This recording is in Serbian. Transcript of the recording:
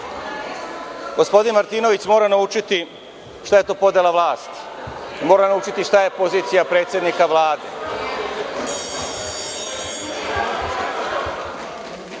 Gospodin Martinović mora naučiti šta je to podela vlasti, mora naučiti šta je pozicija predsednika Vlade.